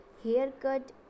Haircut